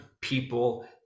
people